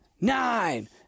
nine